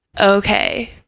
okay